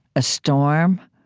a storm,